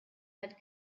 had